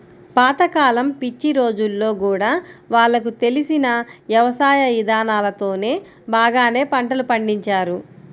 పాత కాలం పిచ్చి రోజుల్లో గూడా వాళ్లకు తెలిసిన యవసాయ ఇదానాలతోనే బాగానే పంటలు పండించారు